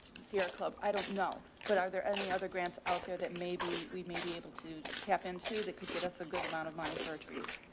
the sierra club, i don't know, but are there any other grants out there that maybe we may be able to tap into that could get us a good amount of money for our trees?